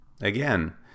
Again